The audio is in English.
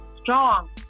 Strong